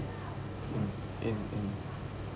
mm in in